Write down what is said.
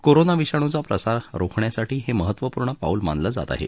corona विषाणूचा प्रसार रोखण्यासाठी हे महत्वपूर्ण पाऊल मानलं जात आहे